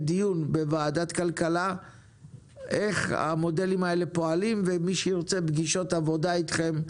דיון בוועדת כלכלה איך המודלים האלה פועלים ומי שירצה פגישות עבודה אתכם,